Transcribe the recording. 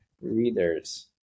readers